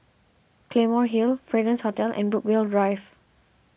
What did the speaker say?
Claymore Hill Fragrance Hotel and Brookvale Drive